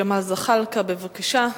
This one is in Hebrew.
אחרון הדוברים, חבר הכנסת ג'מאל זחאלקה, בבקשה.